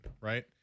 right